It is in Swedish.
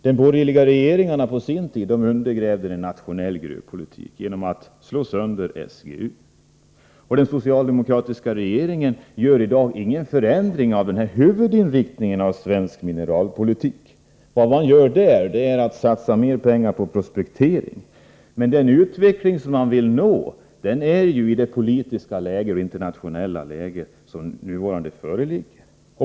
De borgerliga regeringarna på sin tid undergrävde en nationell gruvpolitik genom att slå sönder SGU. Den socialdemokratiska regeringen gör i dag inga förändringar av den svenska mineralpolitikens huvudinriktning. Vad regeringen gör är att den satsar mera pengar på prospektering, den utveckling som man vill nå i rådande internationella politiska läge.